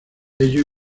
ello